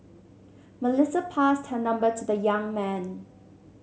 Melissa passed her number to the young man